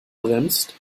bremst